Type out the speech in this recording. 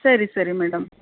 ಸರಿ ಸರಿ ಮೇಡಮ್